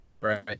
Right